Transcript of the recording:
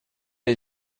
est